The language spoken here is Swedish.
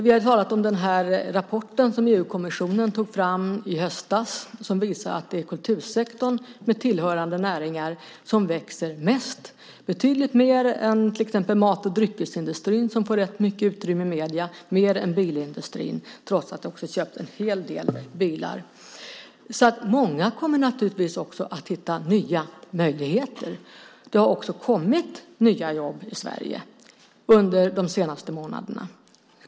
Vi har talat om den rapport som EU-kommissionen tog fram i höstas och som visar att det är kultursektorn med tillhörande näringar som växer mest - betydligt mer än till exempel mat och dryckesindustrin som får ganska mycket utrymme i medierna och mer än bilindustrin trots att det köps en hel del bilar. Många kommer naturligtvis att hitta nya möjligheter. Det har också kommit nya jobb i Sverige under de senaste månaderna.